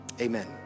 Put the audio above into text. Amen